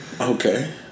Okay